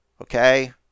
Okay